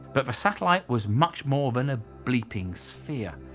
but the satellite was much more than a bleeping sphere,